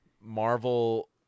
Marvel